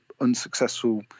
unsuccessful